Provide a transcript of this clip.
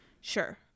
sure